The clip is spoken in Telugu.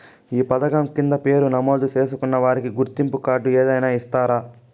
ఈ పథకం కింద పేరు నమోదు చేసుకున్న వారికి గుర్తింపు కార్డు ఏదైనా ఇస్తారా?